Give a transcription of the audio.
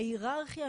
בהיררכיה,